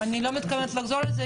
אני לא מתכוונת לחזור על זה.